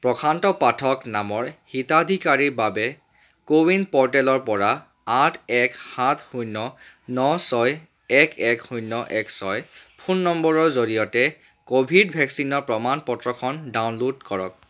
প্ৰশান্ত পাঠক নামৰ হিতাধিকাৰীৰ বাবে কোৱিন প'ৰ্টেলৰ পৰা আঠ এক সাত শূণ্য ন ছয় এক এক শূণ্য এক ছয় ফোন নম্বৰৰ জৰিয়তে ক'ভিড ভেকচিনৰ প্ৰমাণ পত্ৰখন ডাউনলোড কৰক